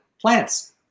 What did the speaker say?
plants